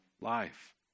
life